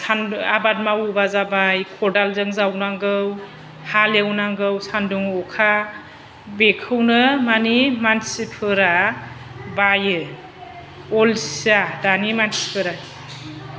सान आबाद मावोबा जाबाय खदालजों जावनांगौ हालेवनांगौ सानदुं अखा बेखौनो मानि मानसिफोरा बायो अलसिया दानि मानसिफोरा